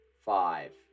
five